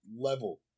level